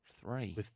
Three